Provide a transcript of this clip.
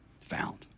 found